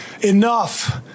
Enough